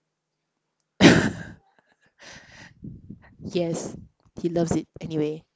yes he loves it anyway